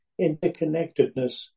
interconnectedness